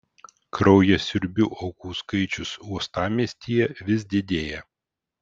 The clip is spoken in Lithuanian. kraujasiurbių aukų skaičius uostamiestyje vis didėja